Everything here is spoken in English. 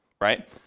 right